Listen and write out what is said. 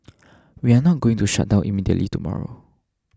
we are not going to shut down immediately tomorrow